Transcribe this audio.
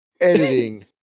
editing